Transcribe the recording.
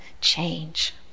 change